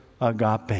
agape